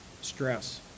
stress